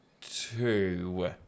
two